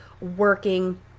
working